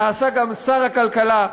נעשה גם שר הכלכלה,